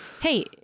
hey